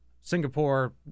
Singapore